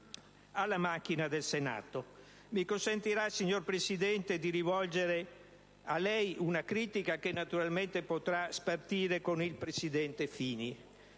alla macchina del Senato. Mi consentirà, signor Presidente, di rivolgere a lei una critica, che naturalmente potrà spartire con il presidente Fini.